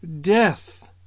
death